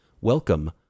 welcome